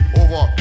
over